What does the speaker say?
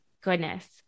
goodness